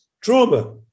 trauma